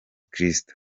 kristo